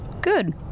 Good